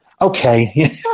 Okay